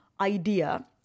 idea